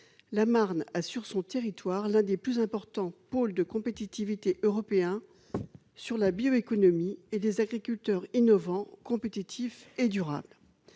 La Marne a, sur son territoire, l'un des plus importants pôles de compétitivité européens en matière de bioéconomie et des agriculteurs innovants, compétitifs et durables.